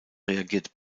reagiert